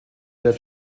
der